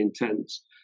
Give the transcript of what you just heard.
intense